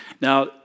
Now